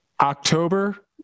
October